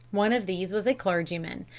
one of these was a clergyman,